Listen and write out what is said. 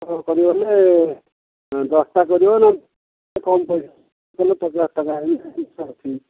କରିବ ହେଲେ ଦଶଟା କରିବ ନା କମ ପଇସା ହେଲେ ପଚାଶ ଟଙ୍କା ହେଲେ